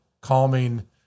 calming